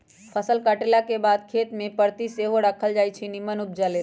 फसल काटलाके बाद खेत कें परति सेहो राखल जाई छै निम्मन उपजा लेल